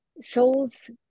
soul's